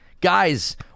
Guys